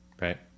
Right